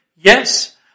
Yes